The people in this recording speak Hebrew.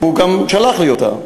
הוא גם שלח לי אותה,